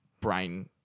brain